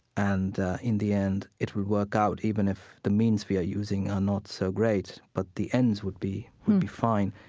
and in the end, it will work out even if the means we are using are not so great, but the ends would be would be fine.